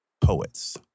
poets